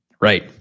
Right